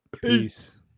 Peace